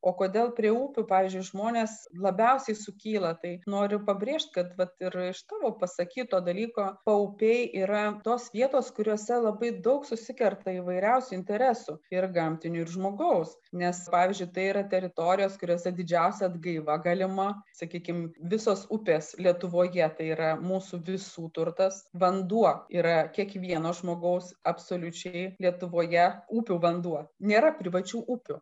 o kodėl prie upių pavyzdžiui žmonės labiausiai sukyla tai noriu pabrėžti kad vat ir iš tavo pasakyto dalyko paupiai yra tos vietos kuriose labai daug susikerta įvairiausių interesų ir gamtinių ir žmogaus nes pavyzdžiui tai yra teritorijos kuriose didžiausia atgaiva galima sakykim visos upės lietuvoje tai yra mūsų visų turtas vanduo yra kiekvieno žmogaus absoliučiai lietuvoje upių vanduo nėra privačių upių